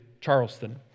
Charleston